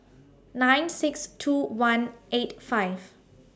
nine six two one eight five